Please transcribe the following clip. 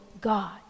God